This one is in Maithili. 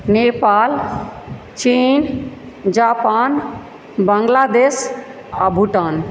नेपाल चीन जापान बांग्लादेश आ भूटान